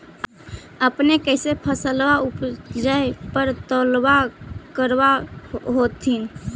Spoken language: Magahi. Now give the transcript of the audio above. अपने कैसे फसलबा उपजे पर तौलबा करबा होत्थिन?